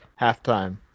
halftime